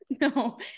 No